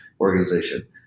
organization